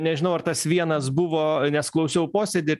nežinau ar tas vienas buvo nes klausiau posėdį